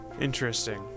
interesting